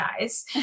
guys